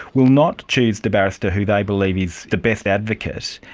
will not choose the barrister who they believe is the best advocate,